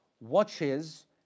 watches